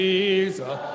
Jesus